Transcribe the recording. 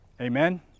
Amen